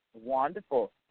Wonderful